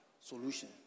solution